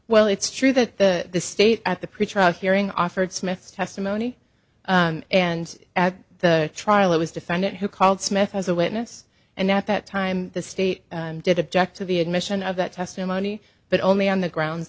well it's true that the state at the pretrial hearing offered smith's testimony and at the trial it was defendant who called smith as a witness and at that time the state did object to the admission of that testimony but only on the grounds